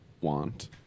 want